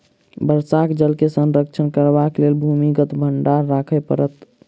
वर्षाक जल के संरक्षण करबाक लेल भूमिगत भंडार राखय पड़त